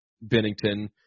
Bennington